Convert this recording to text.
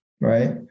right